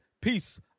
Peace